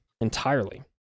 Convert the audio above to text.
entirely